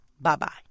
Bye-bye